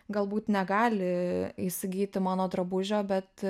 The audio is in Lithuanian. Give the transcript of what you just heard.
galbūt negali įsigyti mano drabužio bet